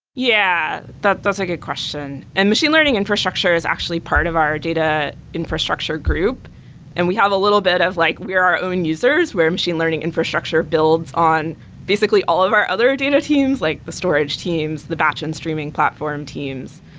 yeah. that's that's a good question, and machine learning infrastructure is actually part of our data infrastructure group and we have a little bit of like we're our own users where machine learning infrastructure builds basically all of our other data teams, like the storage teams, the batch end streaming platform teams.